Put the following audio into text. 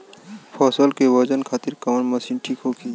फसल के वजन खातिर कवन मशीन ठीक होखि?